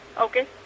Okay